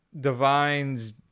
divine's